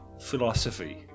philosophy